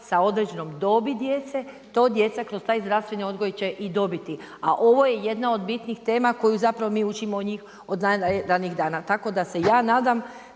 sa određenom dobi djece. To djeca, kroz taj zdravstveni odgoj će i dobiti. A ovo je jedna od bitnih tema koju zapravo mi učimo od njih od najranijih dana. Tako da se ja nadam,